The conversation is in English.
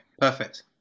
perfect